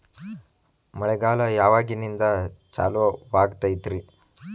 ಮಳೆಗಾಲ ಯಾವಾಗಿನಿಂದ ಚಾಲುವಾಗತೈತರಿ?